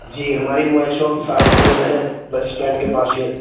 جی ہماری mobile shop Saharanpur میں ہیں بس اسٹینڈ کے پاس ہی ہے